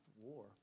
war